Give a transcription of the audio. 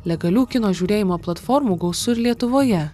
legalių kino žiūrėjimo platformų gausu ir lietuvoje